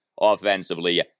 offensively